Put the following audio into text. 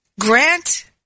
Grant